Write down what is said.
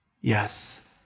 Yes